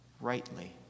rightly